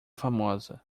famosa